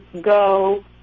go